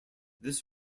this